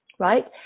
Right